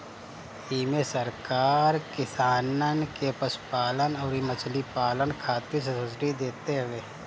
इमे सरकार किसानन के पशुपालन अउरी मछरी पालन खातिर सब्सिडी देत हवे